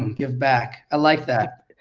give back. i like that.